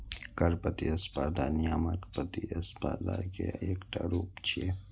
कर प्रतिस्पर्धा नियामक प्रतिस्पर्धा के एकटा रूप छियै